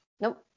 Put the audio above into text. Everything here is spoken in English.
Nope